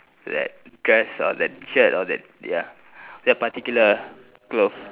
that dress or that shirt or that ya that particular cloth